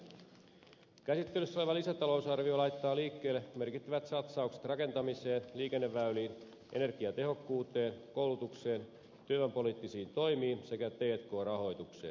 käsittelyssä oleva lisätalousarvio laittaa liikkeelle merkittävät satsaukset rakentamiseen liikenneväyliin energiatehokkuuteen koulutukseen työvoimapoliittisiin toimiin sekä t k rahoitukseen